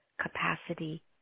capacity